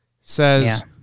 says